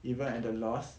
even at the loss